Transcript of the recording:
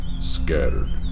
scattered